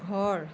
ঘৰ